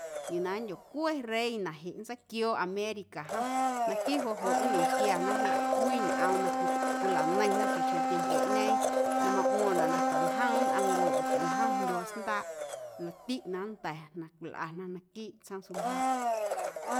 Yuu na nndyocwe reina jeꞌ nntseiquioo america jom naquiiꞌ joꞌ joꞌ nñenquiana jeꞌ cwii ñꞌoom na cwilaneiⁿna chaꞌxjeⁿ tiempoꞌñeeⁿ na maꞌmo̱ⁿnaꞌ na tantjom nnꞌaⁿncue oo tantjom ndyuaa sndaaꞌ laꞌtiꞌ na nnda̱ na cwilꞌana naquiiꞌ tsjoom suljaaꞌ.